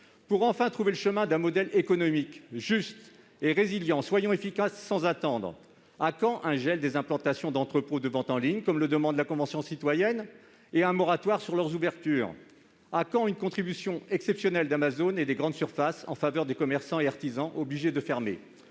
pour enfin trouver le chemin d'un modèle économique juste et résilient, soyons efficaces sans attendre. À quand un gel des implantations d'entrepôts de vente en ligne, comme le demande la Convention citoyenne pour le climat, et un moratoire sur leurs ouvertures ? Oui, à quand ? À quand une contribution exceptionnelle d'Amazon et des grandes surfaces en faveur des commerçants et artisans obligés de fermer ?